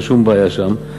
אין שום בעיה שם,